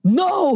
no